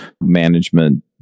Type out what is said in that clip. management